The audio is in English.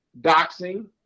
doxing